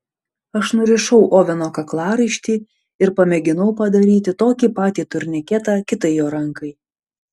aš nurišau oveno kaklaraištį ir pamėginau padaryti tokį patį turniketą kitai jo rankai